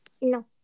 No